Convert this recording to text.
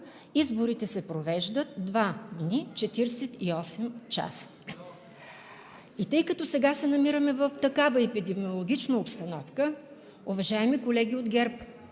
изборите се провеждат два дни – 48 часа. И тъй като сега се намираме в такава епидемиологична обстановка, уважаеми колеги от ГЕРБ,